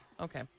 Okay